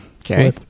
okay